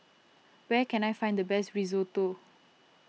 where can I find the best Risotto